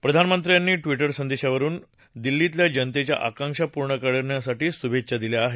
प्रधानमंत्र्यांनी ट्विटरवरुन त्यांना दिल्लीतल्या जनतेच्या आकांक्षा पूर्ण करण्यासाठी शुभेच्छा दिल्या आहेत